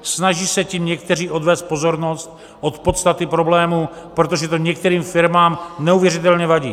Snaží se tím někteří odvést pozornost od podstaty problému, protože to některým firmám neuvěřitelně vadí.